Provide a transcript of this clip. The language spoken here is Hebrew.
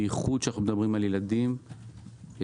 בייחוד כשאנחנו מדברים על ילדים וצעירים.